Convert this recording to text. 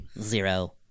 Zero